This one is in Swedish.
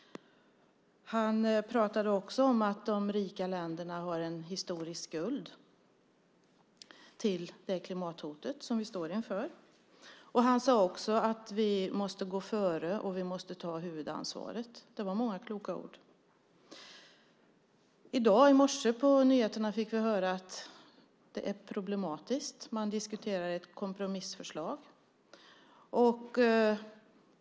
Han pratade också om att de rika länderna har en historisk skuld när det gäller det klimathot som vi står inför. Han sade också att vi måste gå före och att vi måste ta huvudansvaret. Det var många kloka ord. I morse på nyheterna fick vi höra att det är problematiskt. Man diskuterar ett kompromissförslag.